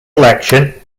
election